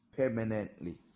permanently